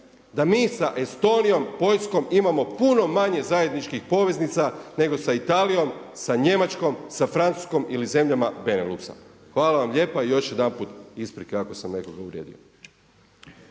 da mi sa Estonijom, Poljskom imamo puno manje zajedničkih poveznica nego sa Italijom, sa Njemačkoj, sa Francuskom ili zemljama Beneluksa. Hvala vam lijepa i još jedanput isprike ako sam nekoga uvrijedio.